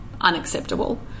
unacceptable